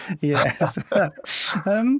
Yes